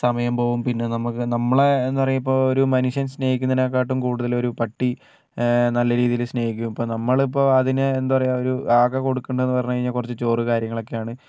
സമയം പോവും പിന്നെ നമുക്ക് നമ്മളെ എന്ന് പറയുമ്പോൾ ഒരു മനുഷ്യൻ സ്നേഹിക്കുന്നതിനേക്കാൾ കൂടുതൽ ഒരു പട്ടി നല്ല രീതിയിൽ സ്നേഹിക്കും ഇപ്പോൾ നമ്മൾ ഇപ്പോൾ അതിന് എന്താ പറയുക ഒരു ആകെ കൊടുക്കേണ്ടത് എന്ന് പറഞ്ഞു കഴിഞ്ഞാൽ കുറച്ച് ചോറ് കാര്യങ്ങളൊക്കെയാണ്